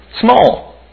Small